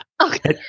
Okay